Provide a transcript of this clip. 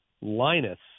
Linus